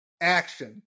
Action